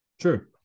True